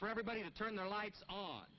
for everybody to turn their lights on